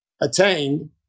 attained